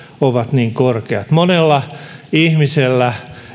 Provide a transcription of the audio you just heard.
ovat niin korkeat monella ihmisellä